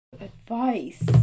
advice